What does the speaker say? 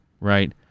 right